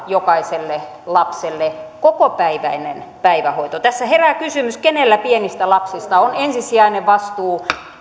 jokaiselle lapselle kokopäiväinen päivähoito tässä herää kysymys kenellä pienistä lapsista on ensisijainen vastuu